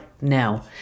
now